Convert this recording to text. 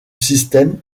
système